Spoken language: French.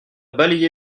balayer